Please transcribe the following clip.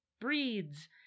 breeds